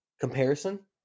comparison